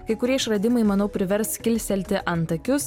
kai kurie išradimai manau privers kilstelti antakius